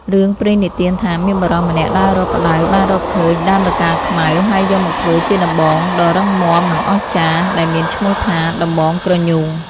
រឿងព្រេងនិទានថា មានបុរសម្នាក់ដើររកផ្តៅបានរកឃើញដើមរកាខ្មៅ ហើយយកមកធ្វើជាដំបងដ៏រឹងមាំនិងអស្ចារ្យ ដែលមានឈ្មោះថា "ដំបងក្រញូង" ។